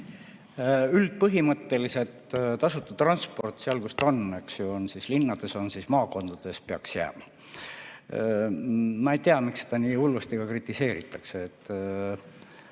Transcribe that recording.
Üldpõhimõtteliselt tasuta transport seal, kus ta on, eks ju, on see linnades või maakondades, peaks jääma. Ma ei tea, miks seda nii hullusti kritiseeritakse.